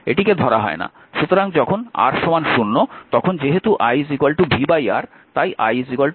সুতরাং যখন R 0 তখন যেহেতু i v R তাই i অসীম